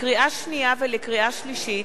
לקריאה שנייה ולקריאה שלישית: